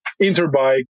Interbike